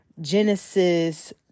Genesis